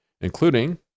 including